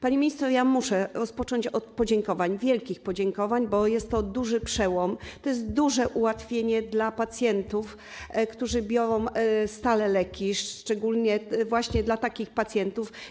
Pani minister, muszę rozpocząć od podziękowań, wielkich podziękowań, bo jest to duży przełom, to jest duże ułatwienie dla pacjentów, którzy biorą stale leki - szczególnie właśnie dla takich pacjentów.